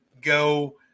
go